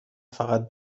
فقط